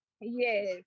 Yes